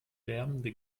lärmende